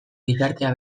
gizartea